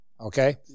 Okay